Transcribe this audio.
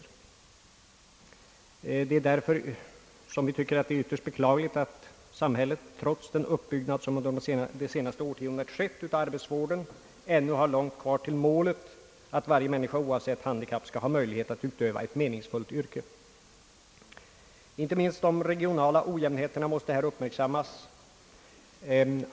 Vi tycker därför att det är ytterst beklagligt att samhället, trots den utbyggnad av arbetsvården som har skett under det senaste årtiondet, ännu har långt kvar till målet, nämligen att varje människa oavsett handikapp skall ha möjlighet till ett meningsfyllt yrke. Inte minst de regionala ojämnheterna måste uppmärksammas.